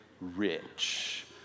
rich